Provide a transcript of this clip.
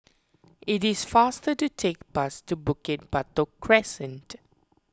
it is faster to take the bus to Bukit Batok Crescent